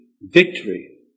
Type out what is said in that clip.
victory